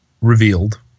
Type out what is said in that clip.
revealed